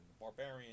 Barbarian